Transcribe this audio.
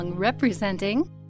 Representing